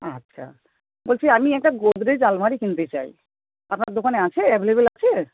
আচ্ছা বলছি আমি একটা গোদরেজ আলমারি কিনতে চাই আপনার দোকানে কি আছে অ্যাভেলেবেল আছে